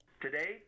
Today